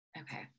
Okay